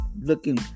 looking